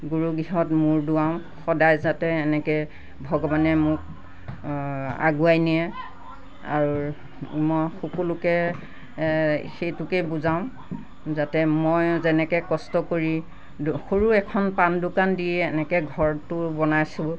গুৰুগৃহত মূৰ দোঁৱাও সদায় যাতে এনেকৈ ভগৱানে মোক আগুৱাই নিয়ে আৰু মই সকলোকে সেইটোকেই বুজাওঁ যাতে মই যেনেকৈ কষ্ট কৰি দ সৰু এখন পাণ দোকান দিয়ে এনেকৈ ঘৰটো বনাইছোঁ